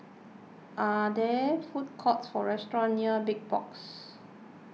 are there food courts or restaurants near Big Box